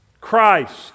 Christ